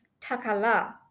takala